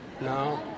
No